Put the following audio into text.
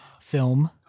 film